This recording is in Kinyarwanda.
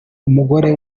umugore